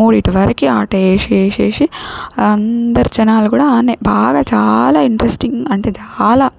మూడింటి వరికి ఆటేసి వేసి వేసి అందరి జనాలు కూడా ఆడ్నే బాగా చాలా ఇంట్రస్టింగ్ అంటే చాలా